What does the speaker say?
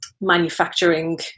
manufacturing